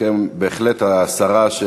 ותסכם בהחלט השרה,